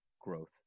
growth